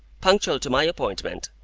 punctual to my appointment,